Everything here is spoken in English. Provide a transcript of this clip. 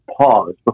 pause